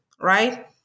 right